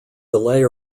delay